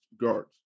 guards